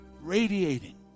radiating